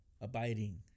abiding